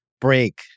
break